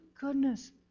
goodness